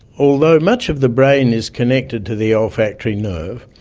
although much of the brain is connected to the olfactory nerve,